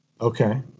okay